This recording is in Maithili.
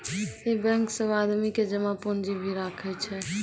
इ बेंक सब आदमी के जमा पुन्जी भी राखै छै